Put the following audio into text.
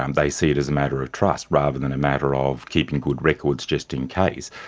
um they see it as a matter of trust rather than a matter of keeping good records just in case.